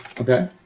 Okay